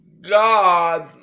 God